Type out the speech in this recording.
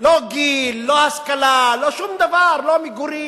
לא גיל, לא השכלה, לא שום דבר, לא מגורים.